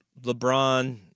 LeBron